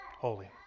holy